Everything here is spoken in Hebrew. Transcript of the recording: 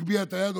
מגביה את היד,